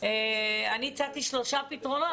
אני הצעתי שלושה פתרונות.